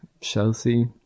Chelsea